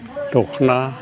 दख'ना